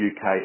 UK